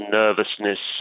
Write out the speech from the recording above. nervousness